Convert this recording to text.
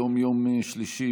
היום יום שלישי,